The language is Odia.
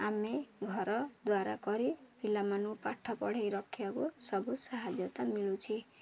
ଆମେ ଘର ଦ୍ୱାରା କରି ପିଲାମାନଙ୍କୁ ପାଠ ପଢ଼ାଇ ରଖିବାକୁ ସବୁ ସାହାଯ୍ୟ ମିଳୁଛି